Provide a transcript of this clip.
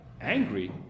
angry